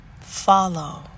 follow